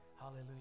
Hallelujah